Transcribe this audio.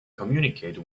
communicate